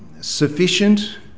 sufficient